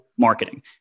marketing